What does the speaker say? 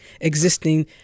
existing